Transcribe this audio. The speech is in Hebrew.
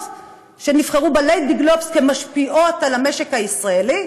שנבחרו ב"ליידי גלובס" כמשפיעות על המשק הישראלי?